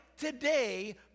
today